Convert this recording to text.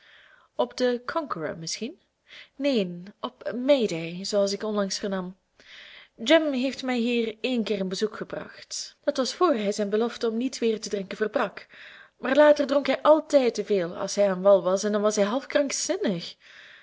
op de conqueror misschien neen op may day zooals ik onlangs vernam jim heeft mij hier één keer een bezoek gebracht dat was voor hij zijn belofte om niet weer te drinken verbrak maar later dronk hij altijd te veel als hij aan wal was en dan was hij half krankzinnig